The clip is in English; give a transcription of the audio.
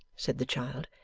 said the child,